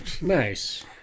Nice